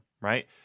right